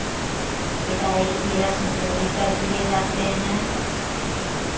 विदाई की रस्म पूरी कर दिए जाते हैं